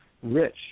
rich